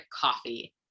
coffee